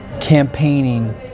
campaigning